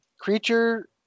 creature